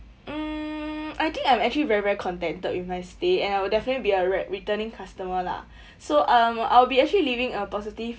um I think I'm actually very very contented with my stay and I will definitely be a re~ returning customer lah so um I'll be actually leaving a positive